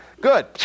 good